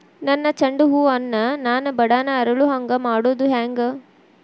ನನ್ನ ಚಂಡ ಹೂ ಅನ್ನ ನಾನು ಬಡಾನ್ ಅರಳು ಹಾಂಗ ಮಾಡೋದು ಹ್ಯಾಂಗ್?